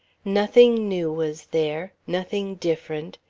nothing new was there, nothing different.